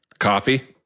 Coffee